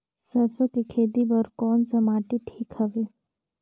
सरसो के खेती बार कोन सा माटी ठीक हवे?